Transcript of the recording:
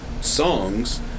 songs